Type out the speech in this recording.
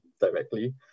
directly